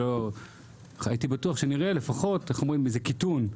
הייתי בטוח שנראה לפחות איזה קיטון,